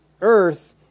earth